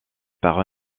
par